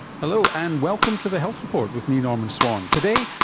hello, and welcome to the health report with me, norman swan. today,